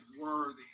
worthy